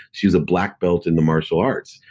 she was a black belt in the martial arts.